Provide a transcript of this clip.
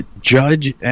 Judge